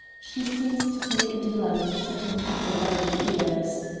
she seems to take a delight in setting people by the ears.